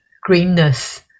greenness